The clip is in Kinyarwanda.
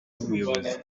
w’ubuyobozi